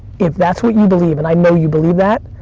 if that's what you believe, and i know you believe that,